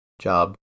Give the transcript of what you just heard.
job